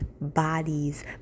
bodies